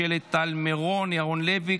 שלי טל מירון וירון לוי,